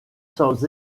sans